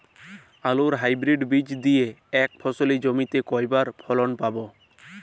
আলুর হাইব্রিড বীজ দিয়ে এক ফসলী জমিতে কয়বার ফলন পাব?